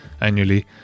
annually